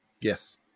yes